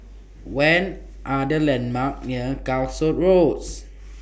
when Are The landmarks near Calshot Rose